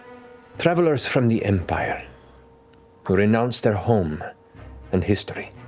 travelers from the empire who renounce their home and history.